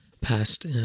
past